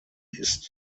ist